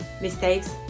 mistakes